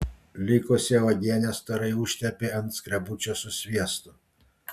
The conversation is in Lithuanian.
likusią uogienę storai užtepė ant skrebučio su sviestu